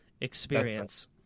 experience